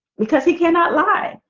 because he cannot lie.